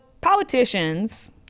politicians